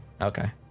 Okay